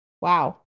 wow